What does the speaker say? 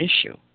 issue